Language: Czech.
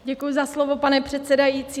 Děkuji za slovo, pane předsedající.